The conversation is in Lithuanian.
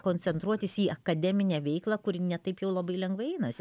koncentruotis į akademinę veiklą kuri ne taip jau labai lengvai einasi